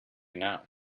now